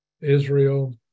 Israel